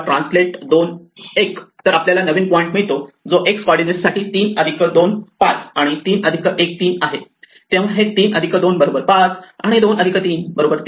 translate 2 1 तर आपल्याला नवीन पॉईंट मिळतो जो x कॉर्डीनेट साठी 3 2 5 आणि 2 1 3 आहे तेव्हा हे 3 2 5 आणि 2 1 3